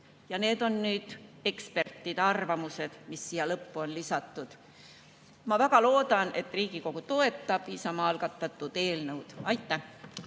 on nüüd ekspertide arvamused, mis siia lõppu on lisatud. Ma väga loodan, et Riigikogu toetab Isamaa algatatud eelnõu. Aitäh!